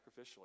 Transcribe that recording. sacrificially